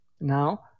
now